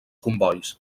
combois